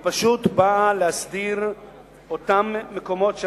היא פשוט באה להסדיר אותם מקומות שהמדינה,